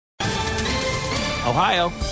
Ohio